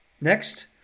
Next